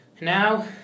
Now